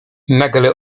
nagle